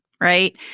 right